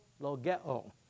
logeo